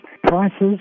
prices